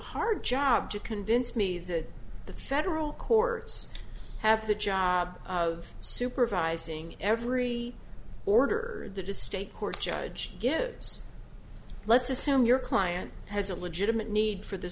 hard job to convince me that the federal courts have the job of supervising every order that is state court judge gives let's assume your client has a legitimate need for the